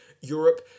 Europe